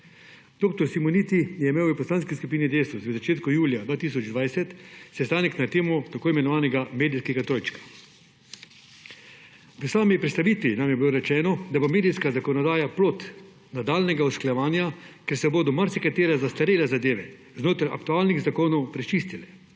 Dr. Simoniti je imel v Poslanski skupini Desus v začetku julija 2020 sestanek na temo tako imenovanega medijskega trojčka. V sami predstavitvi nam je bilo rečeno, da bo medijska zakonodaja plod nadaljnjega usklajevanja, ker se bodo marsikatere zastarele zadeve znotraj aktualnih zakonov prečistile.